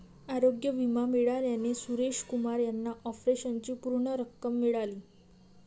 आरोग्य विमा मिळाल्याने सुरेश कुमार यांना ऑपरेशनची पूर्ण रक्कम मिळाली